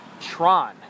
Tron